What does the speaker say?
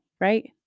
right